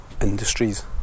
industries